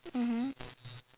mmhmm